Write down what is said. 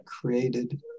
created